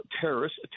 terrorists